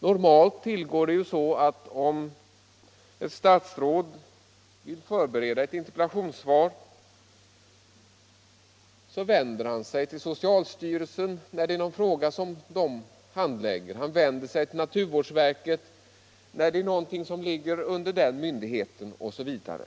Normalt tillgår det ju så att om ett statsråd vill förbereda ett interpellationssvar så vänder han sig till socialstyrelsen, när det gäller en fråga som socialstyrelsen handlägger. Han vänder sig till naturvårdsverket när det gäller någonting som ligger under den myndigheten osv.